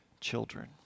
children